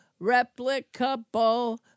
replicable